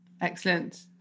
Excellent